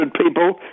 people